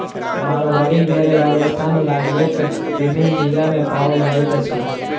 मारवाड़ी भेड़ राजस्थान राज्यक विभिन्न जिला मे पाओल जाइत अछि